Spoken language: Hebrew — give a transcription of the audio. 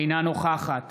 אינה נוכחת